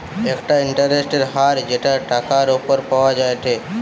একটা ইন্টারেস্টের হার যেটা টাকার উপর পাওয়া যায়টে